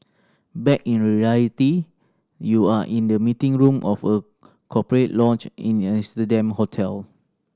back in reality you are in the meeting room of a corporate lounge in an Amsterdam hotel